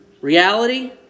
Reality